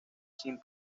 sin